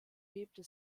lebte